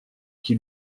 qui